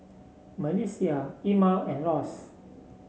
MelissiA Ima and Ross